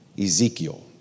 Ezekiel